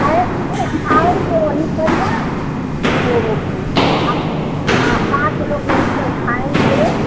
नहीं हम आएँगे वहीं पर ना तो हम हाँ पाँच लोग वहीं पर खाएँगे